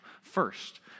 first